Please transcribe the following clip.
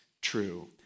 true